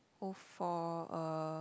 o four uh